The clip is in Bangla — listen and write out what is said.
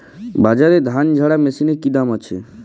বাজারে ধান ঝারা মেশিনের কি দাম আছে?